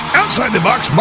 outside-the-box